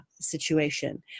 situation